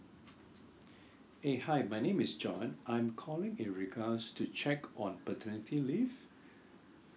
eh hi my name is john I'm calling in regards to check on paternity leave